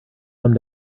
come